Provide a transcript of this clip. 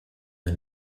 the